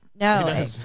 No